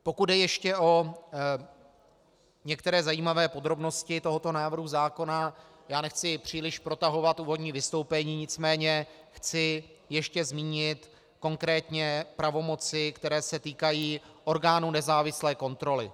Pokud jde ještě o některé zajímavé podrobnosti tohoto návrhu zákona, já nechci příliš protahovat úvodní vystoupení, nicméně chci ještě zmínit konkrétně pravomoci, které se týkají orgánu nezávislé kontroly.